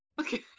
Okay